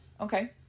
Okay